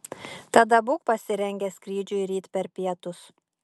tada būk pasirengęs skrydžiui ryt per pietus